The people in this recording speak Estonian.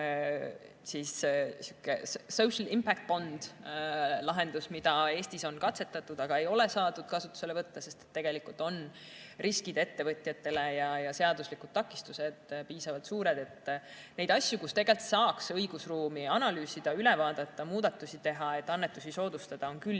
Social Impact Bond on lahendus, mida Eestis on katsetatud, aga ei ole saadud kasutusele võtta, sest tegelikult on riskid ettevõtjatele ja seaduslikud takistused liiga suured. Nii et neid asju, kus tegelikult saaks õigusruumi analüüsida, üle vaadata ja muudatusi teha, et annetusi soodustada, on küll